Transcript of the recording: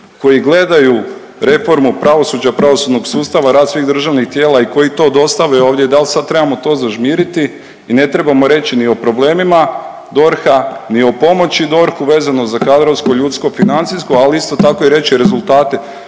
koji gledaju reformu pravosuđa, pravosudnog sustava, rad svih državnih tijela i koji to dostave ovdje dal sad trebamo to zažmiriti i ne trebamo reći ni o problemima DORH-a ni o pomoći DORH-u vezano za kadrovsko, ljudsko, financijsko ali isto tako reći i rezultate.